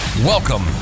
Welcome